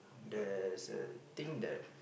there's a thing that